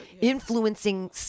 influencing